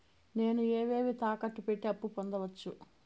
నేను ఏవేవి తాకట్టు పెట్టి అప్పు పొందవచ్చు?